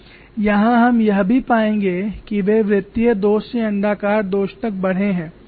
यहाँ हम यह भी पाएंगे कि वे वृत्तीय दोष से अण्डाकार दोष तक बढे हैं